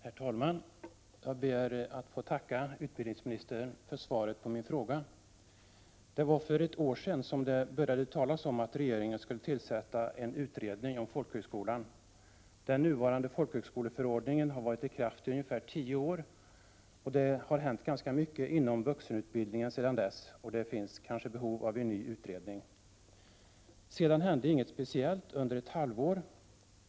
Herr talman! Jag ber att få tacka utbildningsministern för svaret på min fråga. Det var för ett år sedan som det började talas om att regeringen skulle tillsätta en utredning om folkhögskolan. Den nuvarande folkhögskoleförordningen har varit i kraft ungefär tio år, och det har hänt ganska mycket inom vuxenutbildningen sedan dess. Det finns kanske därför behov av en ny utredning. Sedan hände inget speciellt under ett halvår.